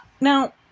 Now